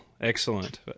excellent